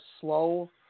slow